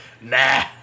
nah